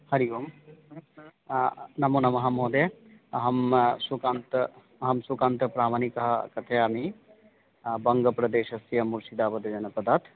हरिः ओं नमोनमः महोदय अहं सुकान्तः अहं सुकान्तप्रामाणिकः कथयामि बङ्गप्रदेशस्य मुषिदाबाद् जनपदात्